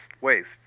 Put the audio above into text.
waste